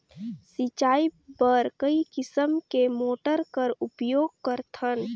सिंचाई बर कई किसम के मोटर कर उपयोग करथन?